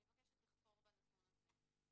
אני מבקשת לכפור בנתון הזה.